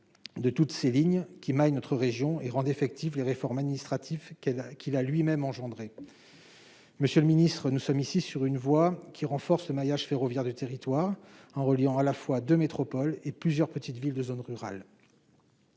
de toutes ses lignes qui maillent notre région et rendent effectives les réformes administratives qu'elle a, qu'il a lui-même engendré, monsieur le ministre, nous sommes ici sur une voie qui renforce le maillage ferroviaire du territoire en reliant à la fois de métropole et plusieurs petites villes de zones rurales.